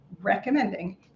recommending